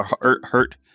hurt